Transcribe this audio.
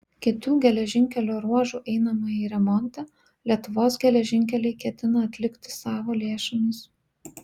kitų geležinkelio ruožų einamąjį remontą lietuvos geležinkeliai ketina atlikti savo lėšomis